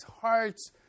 hearts